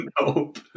Nope